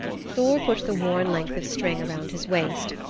thor put the worn length of string around his waist,